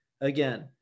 Again